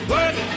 Work